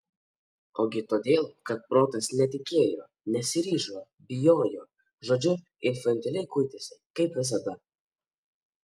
ogi todėl kad protas netikėjo nesiryžo bijojo žodžiu infantiliai kuitėsi kaip visada